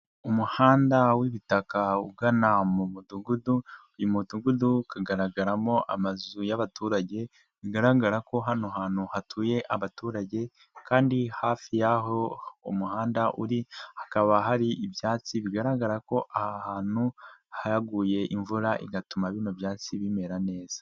Umuhanda w'ibitaka ugana mu mudugudu, uyu mudugudu ukagaragaramo amazu y'abaturage bigaragara ko hano hantu hatuye abaturage kandi hafi y'aho umuhanda uri, hakaba hari ibyatsi bigaragara ko aha hantu haguye imvura igatuma bino byatsi bimera neza.